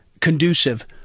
conducive